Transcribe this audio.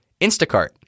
Instacart